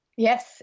Yes